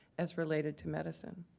as related to medicine.